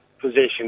position